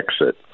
exit